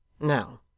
Now